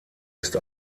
ist